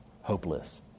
hopeless